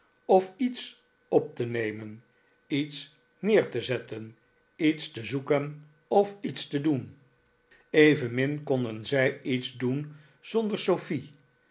of iets op te nemen iets neer te zetten iets te zoeken of iets te doen evenmin konden zij iets doen zonder sofie